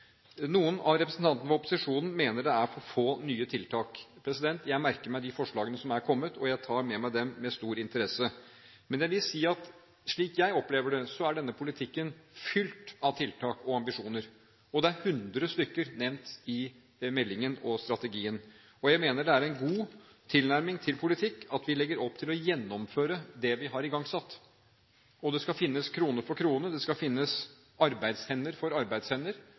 Noen av representantene fra opposisjonen mener det er for få nye tiltak. Jeg merker meg de forslagene som er kommet, og jeg tar med meg dem med stor interesse. Jeg vil si at slik jeg opplever det, er denne politikken fylt av tiltak og ambisjoner. Det er 100 stykker nevnt i den meldingen og strategien. Jeg mener det er en god tilnærming til politikken at vi legger opp til å gjennomføre det vi har igangsatt. Det skal finnes krone for krone, det skal finnes arbeidshender for arbeidshender,